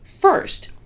First